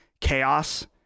chaos